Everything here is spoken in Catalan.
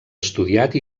estudiat